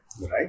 Right